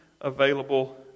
available